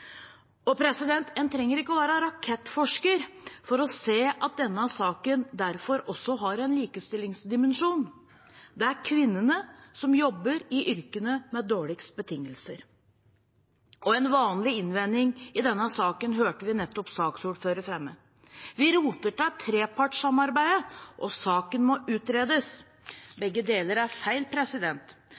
En trenger ikke å være rakettforsker for å se at denne saken også har en likestillingsdimensjon. Det er kvinnene som jobber i yrkene med dårligst betingelser. En vanlig innvending i denne saken hørte vi nettopp saksordføreren fremme, om at vi roter til trepartssamarbeidet, og saken må utredes. Begge deler er feil.